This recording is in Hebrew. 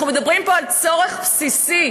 אנחנו מדברים פה על צורך בסיסי.